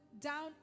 down